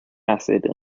acid